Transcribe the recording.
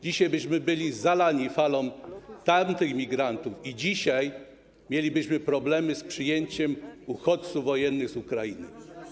Dzisiaj byśmy byli zalani falą tamtych migrantów i mielibyśmy problemy z przyjęciem uchodźców wojennych z Ukrainy.